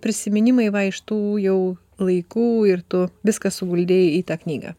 prisiminimai va iš tų jau laikų ir tu viską suguldei į tą knygą